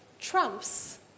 trumps